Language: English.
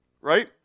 Right